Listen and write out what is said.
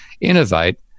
innovate